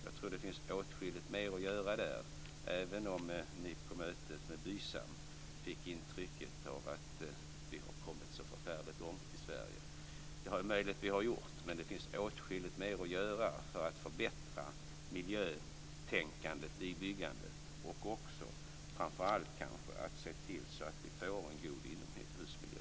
Jag tror att det finns åtskilligt mer att göra där, även om ni på mötet med BYSAM fick intrycket av att vi har kommit så långt i Sverige. Det är möjligt att vi har gjort, men det finns åtskilligt mer att göra för att förbättra miljötänkandet i byggandet och kanske framför allt att se till att vi får en god inomhusmiljö.